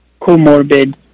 comorbid